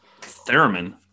theremin